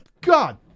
God